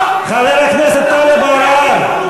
חברי הכנסת) טלב אבו עראר,